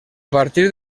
partir